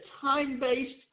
time-based